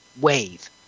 wave